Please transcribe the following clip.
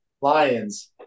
Lions